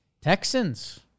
Texans